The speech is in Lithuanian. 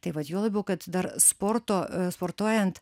tai vat juo labiau kad dar sporto sportuojant